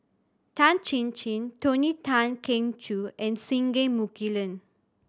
Tan Chin Chin Tony Tan Keng Joo and Singai Mukilan